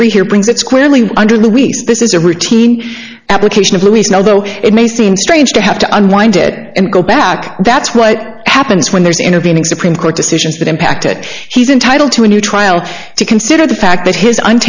three here brings it squarely under the weak this is a routine application of louise now though it may seem strange to have to unwind it and go back that's what happens when there's an intervening supreme court decisions that impact it he's entitled to a new trial to consider the fact that his